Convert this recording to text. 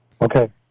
Okay